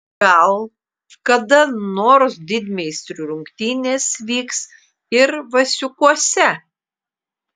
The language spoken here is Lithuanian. gal kada nors didmeistrių rungtynės vyks ir vasiukuose